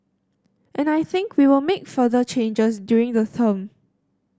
and I think we will make further changes during the term